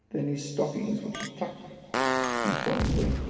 then his stockings, which he tucked methodically,